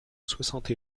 soixante